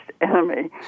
enemy